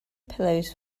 pillows